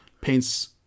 paints